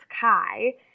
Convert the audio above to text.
Kai